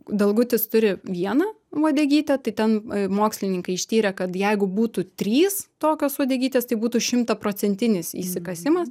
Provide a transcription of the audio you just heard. dalgutis turi vieną uodegytę tai ten mokslininkai ištyrė kad jeigu būtų trys tokios uodegytės tai būtų šimtaprocentinis isikasimas